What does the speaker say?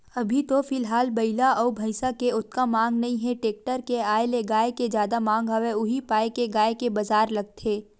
अभी तो फिलहाल बइला अउ भइसा के ओतका मांग नइ हे टेक्टर के आय ले गाय के जादा मांग हवय उही पाय के गाय के बजार लगथे